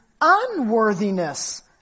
unworthiness